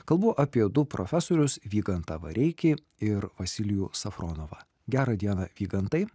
kalbu apie du profesorius vygantą vareikį ir vasilijų safronovą gerą dieną vygantai